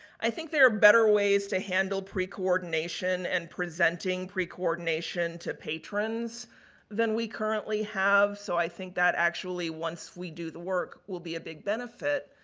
i think there are better ways to handle pre-coordination and presenting pre-coordination to patrons than we currently have. so, i think that, actually, once we do the work, will be a big benefit.